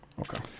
Okay